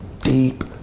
deep